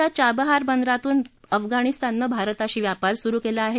राणच्या चाबहार बंदरातून अफगाणिस्तानने भारताशी व्यापार सुरु केला आहे